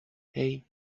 hey